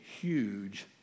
huge